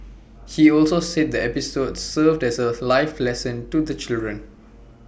he also said the episode served as A life lesson to the children